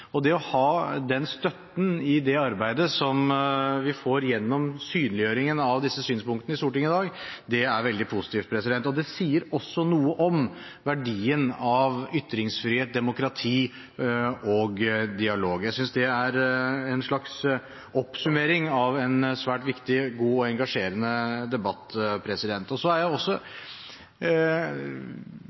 Det å ha den støtten i det arbeidet, som vi får gjennom synliggjøringen av disse synspunktene i Stortinget i dag, er veldig positivt. Det sier også noe om verdien av ytringsfrihet, demokrati og dialog. Jeg synes det er en slags oppsummering av en svært viktig, god og engasjerende debatt. Jeg vil også si noen ord om det representanten Raja avsluttet med, nemlig spørsmålet om integrering. Det er